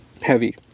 heavy